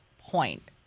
point